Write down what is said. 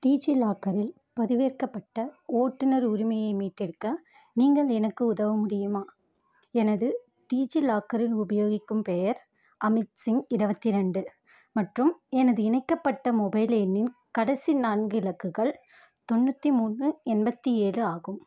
டிஜிலாக்கரில் பதிவேற்கப்பட்ட ஓட்டுநர் உரிமையை மீட்டெடுக்க நீங்கள் எனக்கு உதவ முடியுமா எனது டிஜிலாக்கரில் உபயோகிக்கும் பெயர் அமித்சிங் இருபத்தி ரெண்டு மற்றும் எனது இணைக்கப்பட்ட மொபைல் எண்ணின் கடைசி நான்கு இலக்குகள் தொண்ணூற்றி மூணு எண்பத்தி ஏழு ஆகும்